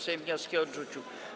Sejm wnioski odrzucił.